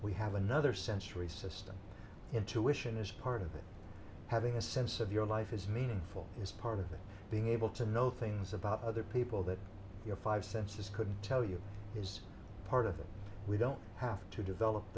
we have another sensory system intuition is part of it having a sense of your life is meaningful is part of being able to know things about other people that your five senses could tell you is part of that we don't have to develop